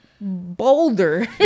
boulder